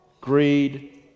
greed